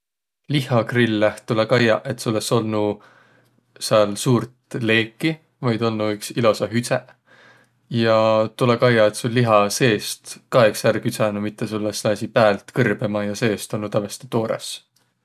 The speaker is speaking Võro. Lihha grilleh tulõ kaiaq, et sul es olnuq sääl suurt leeki, vaid olnuq iks ilosaq hüdseq. Ja tulõ kaiaq, et sul liha seest ka iks ärq küdsänüq, mitte sul es lääsiq päält kõrbõma ja seest olnuq tävveste toorõs.